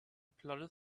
plodded